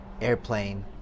airplane